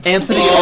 Anthony